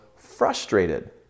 frustrated